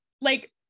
Like-